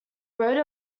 wrote